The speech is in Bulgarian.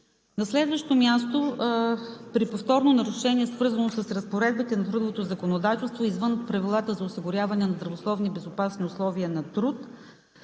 На следващо място, при повторно нарушение, свързано с разпоредбите на трудовото законодателство извън правилата за осигуряване на здравословни и безопасни условия на труд,